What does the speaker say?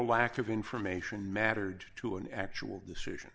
lack of information mattered to an actual decision